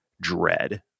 dread